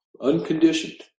unconditioned